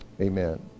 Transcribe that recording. Amen